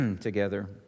together